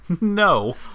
No